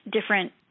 different